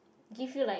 give you like